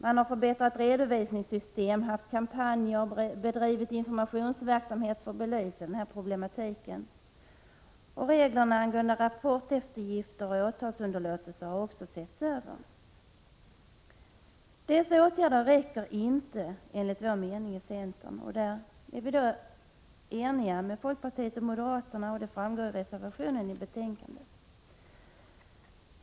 Man har förbättrat redovisningssystem, haft kampanjer och bedrivit informationsverksamhet för att belysa problematiken. Reglerna angående rapport, eftergifter och åtalsunderlåtelser har också setts över. Dessa åtgärder räcker inte, enligt centerns mening, och där är vi eniga med folkpartiet och moderaterna, som framgår av reservationen i betänkandet.